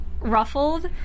ruffled